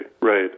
right